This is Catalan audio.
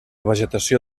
vegetació